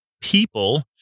people